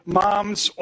mom's